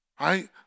right